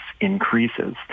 increases